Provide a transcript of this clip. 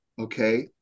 okay